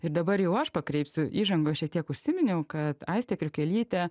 ir dabar jau aš pakreipsiu įžangoj šiek tiek užsiminiau kad aistę kriukelytę